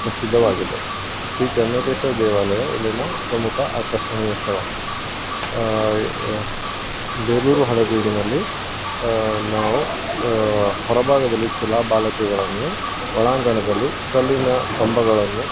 ಪ್ರಸಿದ್ಧವಾಗಿದೆ ಶ್ರೀ ಚೆನ್ನಕೇಶವ ದೇವಾಲಯ ಇಲ್ಲಿನ ಪ್ರಮುಖ ಆಕರ್ಷಣೀಯ ಸ್ಥಳ ಬೇಲೂರು ಹಳೆಬೀಡಿನಲ್ಲಿ ನಾವು ಹೊರಭಾಗದಲ್ಲಿ ಶಿಲಾಬಾಲಿಕೆಗಳನ್ನು ಒಳಾಂಗಣದಲ್ಲಿ ಕಲ್ಲಿನ ಕಂಬಗಳನ್ನು